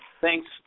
thanks